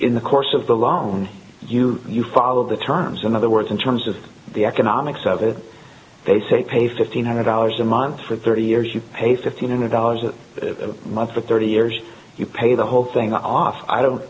in the course of the loan you you follow the terms in other words in terms of the economics of it they say pay fifteen hundred dollars a month for thirty years you pay fifteen dollars a month for thirty years you pay the whole thing off i don't